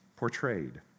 Portrayed